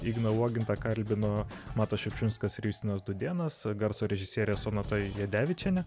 igną uogintą kalbino matas šiupšinskas ir justinas dudėnas garso režisierė sonata jadevičienė